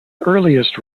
earliest